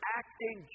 acting